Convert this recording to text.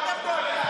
מה אתם דואגים?